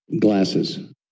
glasses